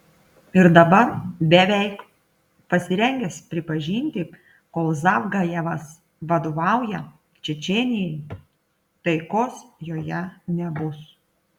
ir dabar beveik pasirengęs pripažinti kol zavgajevas vadovauja čečėnijai taikos joje nebus